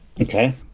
Okay